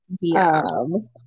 Yes